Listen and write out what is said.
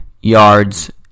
yards